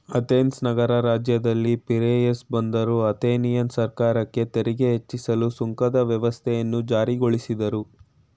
Athens ನಗರ ರಾಜ್ಯದಲ್ಲಿ Piraeus ಬಂದರು ಅಥೆನಿಯನ್ ಸರ್ಕಾರಕ್ಕೆ ತೆರಿಗೆ ಹೆಚ್ಚಿಸಲು ಸುಂಕದ ವ್ಯವಸ್ಥೆಯನ್ನು ಜಾರಿಗೊಳಿಸಿದ್ರು